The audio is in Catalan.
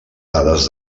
dades